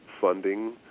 funding